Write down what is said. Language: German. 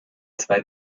zwei